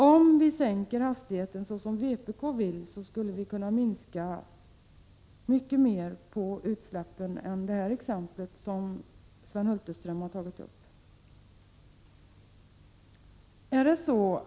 Om vi sänker hastigheterna, vilket vpk vill, skulle vi kunna minska utsläppen än mer än som visas i Sven Hulterströms exempel.